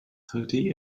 thirty